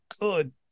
good